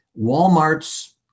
walmart's